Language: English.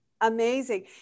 Amazing